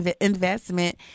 investment